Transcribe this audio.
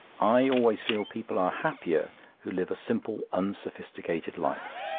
i always feel people are happier who live a simple unsophisticated life.